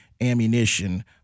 ammunition